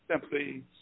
simply